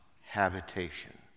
habitation